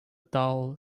dull